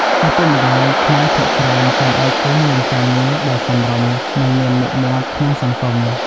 ឪពុកម្តាយខ្មែរភាគច្រើនចង់ឱ្យកូនមានការងារដែល "សមរម្យ" និង "មានមុខមាត់" ក្នុងសង្គម។